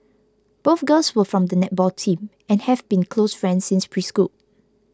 both girls were from the netball team and have been close friends since preschool